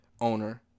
owner